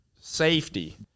safety